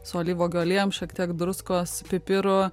su alyvuogių aliejum šiek tiek druskos pipirų